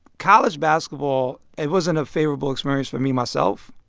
college basketball it wasn't a favorable experience for me, myself.